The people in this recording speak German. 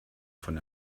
von